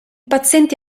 pazienti